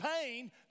pain